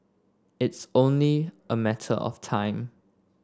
it's only a matter of time